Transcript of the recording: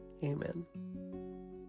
Amen